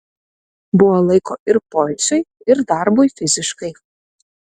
buvo laiko ir poilsiui ir darbui fiziškai